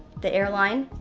the airline,